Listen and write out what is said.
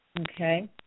Okay